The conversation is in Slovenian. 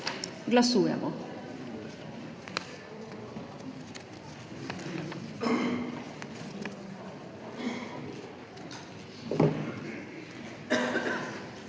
Glasujemo.